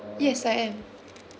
yes I am